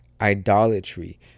Idolatry